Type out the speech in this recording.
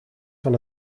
van